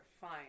fine